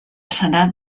senat